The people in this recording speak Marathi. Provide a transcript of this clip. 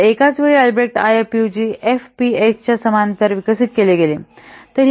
तर एकाच वेळी अल्ब्रेक्ट आयएफपीयूजी एफपीएस च्या समांतर विकसित केले गेले